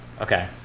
Okay